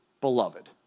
beloved